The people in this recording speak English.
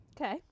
Okay